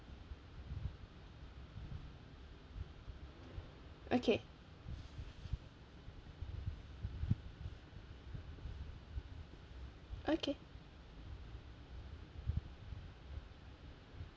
okay okay